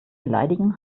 beleidigen